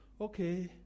okay